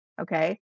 Okay